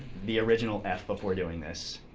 the original f before doing this.